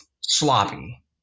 sloppy